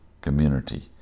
community